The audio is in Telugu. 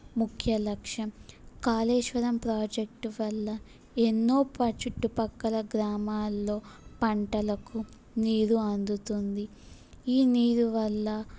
ముఖ్య లక్ష్యం కాళేశ్వరం ప్రాజెక్టు వల్ల ఎన్నో ప చుట్టు పక్కల గ్రామాలలో పంటలకు నీరు అందుతుంది ఈ నీరు వల్ల